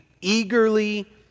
eagerly